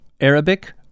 Arabic